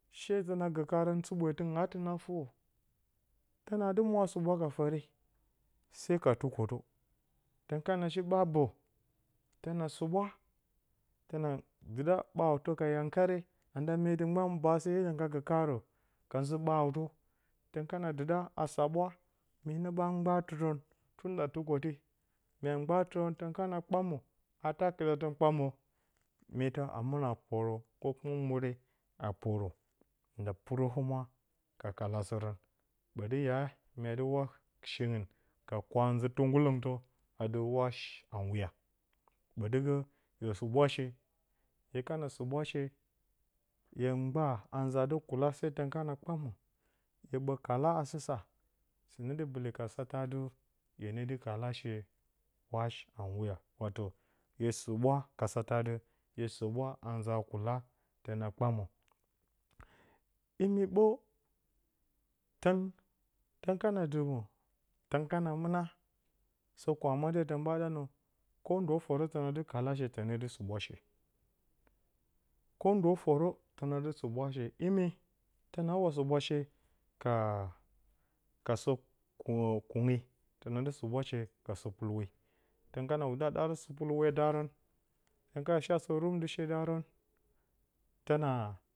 Shee tǝna gǝ kaarǝn sɨɓwetɨngɨn aa tɨna furo, tǝnaa dɨ wa suɓwa ka fǝre se ka tukotǝ, tǝn kana shi ɓa bǝ se tǝna suɓwa tǝna dɨɗa ɓarawtǝ ka yankare, anda menti mgban baase hiɗǝ ngga gǝ kaarǝ ka nzǝ ɓarawtǝ, mye kana dɨɗa a saɓwa myenǝ ɓa mbaatɨrǝn tunda tukoti mya mgbaatɨrǝn tǝn kana kpamǝ tunda tukoti haa ta kɨɗa tǝn kpamǝ metǝ a mɨna poro ko kuma mure a mɨna poro nda pɨrǝ humwa ka kalasǝrǝn ɓǝtɨ mya dɨ wa shingɨn ka kwa-nzǝ tunguluntǝ atɨ wash and wear ɓǝtɨgǝ hye suɓwashe, hye kana suɓwashe hye mgbaa a nza a dɨ kua se tǝn kana kpamǝ hye ɓǝ kala a sɨsa, sɨne dɨ bɨli ka satǝ atɨ hye nee dɨ kalashe wash and wear wato hye suɓwa ka satǝ atɨ hye suɓwa a nza a kula tǝna kpamǝ. Imi ɓǝ tǝn tǝn kana dɨmɨ tǝn kana mɨna sǝ kwamǝte tǝn ɓa nǝ ko ndo fǝrǝ tǝna dɨ kalashe tǝne ɨ suɓwashe ko ndo fǝrǝ tǝna dɨ suʊashe imi tǝnaawa suɓwashe ka sǝ kunge. tǝna dɨ suɓwashe sǝ pɨlwe, tǝn kana wudǝ a ɗara sɨ pɨlwe daarǝn tǝn kana shi asɨ rub nzɨ shee daarǝn tǝna